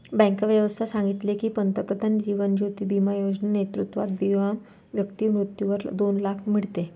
bank व्यवस्था सांगितले की, पंतप्रधान जीवन ज्योती बिमा योजना नेतृत्वात विमा व्यक्ती मृत्यूवर दोन लाख मीडते